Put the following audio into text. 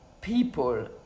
people